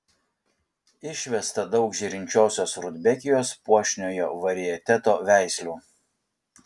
išvesta daug žėrinčiosios rudbekijos puošniojo varieteto veislių